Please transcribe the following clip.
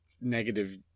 negative